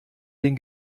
den